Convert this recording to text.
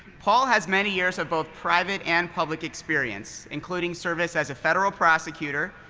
paul has many years of both private and public experience, including service as a federal prosecutor,